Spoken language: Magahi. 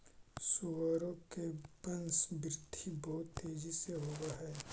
सुअरों की वंशवृद्धि बहुत तेजी से होव हई